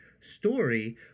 story